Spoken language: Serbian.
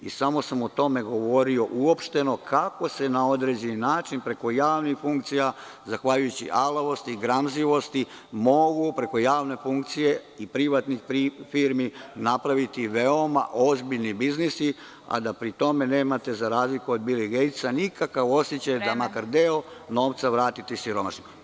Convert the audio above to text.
Samo sam o tome govorio uopšteno kako se na određen način preko javnih funkcija zahvaljujući alavosti, gramzivosti mogu preko javne funkcije i privatnih firmi napraviti veoma ozbiljni biznisi, a da pri tome nemate, za razliku od Bila Gejtsa, nikakav osećaj da makar deo novca vratite siromašnima.